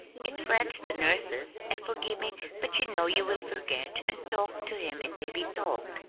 it frets the nurses and forgive me but you know you will forget and talk to him in baby-talk!